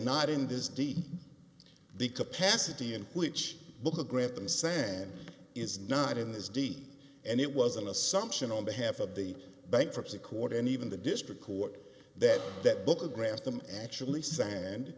not in this deal the capacity in which book to grant them sand is not in this deed and it was an assumption on behalf of the bankruptcy court and even the district court that that book grantham actually sand